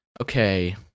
okay